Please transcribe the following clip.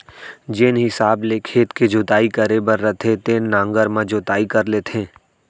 जेन हिसाब ले खेत के जोताई करे बर रथे तेन नांगर म जोताई कर लेथें